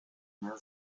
mehr